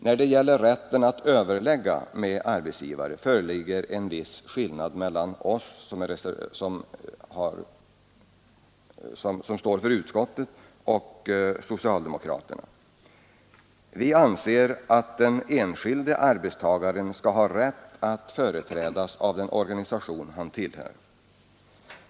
När det gäller rätten att överlägga med arbetsgivare föreligger en viss skillnad mellan oss, som står för utskottets skrivning, och socialdemokraterna. Vi anser att den enskilde arbetstagaren skall ha rätt att företrädas av den organisation han tillhör.